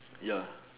ya